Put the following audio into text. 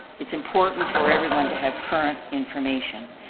it's important for everyone to have current information.